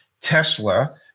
Tesla